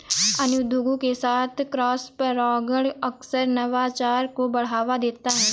अन्य उद्योगों के साथ क्रॉसपरागण अक्सर नवाचार को बढ़ावा देता है